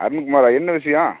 அருண்குமாரா என்ன விஷயம்